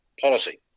policy